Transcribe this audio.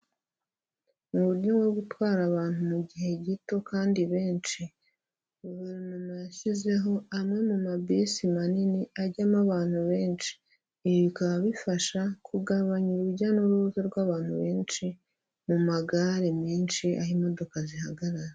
Mu buryo bwo gutwara abantu mu gihe gito kandi benshi. Guverinoma yashyizeho amwe mu mabisi manini, ajyamo abantu benshi. Ibi bikaba bifasha kugabanya urujya n'uruza rw'abantu benshi mu magare menshi, aho imodoka zihagarara.